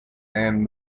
and